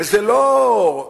וזה לא אי-שם,